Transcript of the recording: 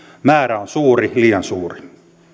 määrä on suuri liian suuri